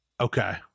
Okay